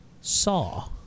saw